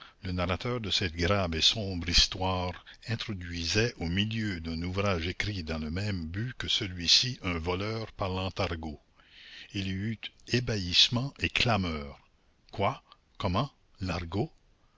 le narrateur de cette grave et sombre histoire introduisait au milieu d'un ouvrage écrit dans le même but que celui-ci un voleur parlant argot il y eut ébahissement et clameur quoi comment l'argot